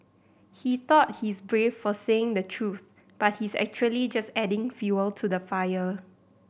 he thought he's brave for saying the truth but he's actually just adding fuel to the fire